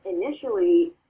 initially